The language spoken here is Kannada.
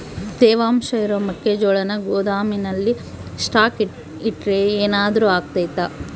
ತೇವಾಂಶ ಇರೋ ಮೆಕ್ಕೆಜೋಳನ ಗೋದಾಮಿನಲ್ಲಿ ಸ್ಟಾಕ್ ಇಟ್ರೆ ಏನಾದರೂ ಅಗ್ತೈತ?